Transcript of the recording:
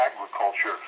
agriculture